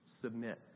Submit